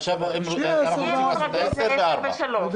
עכשיו אנחנו רוצים לעשות עשר וארבע.